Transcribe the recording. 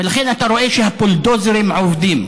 ולכן אתה רואה שהבולדוזרים עובדים.